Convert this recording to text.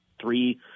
Three